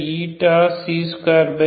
yx2222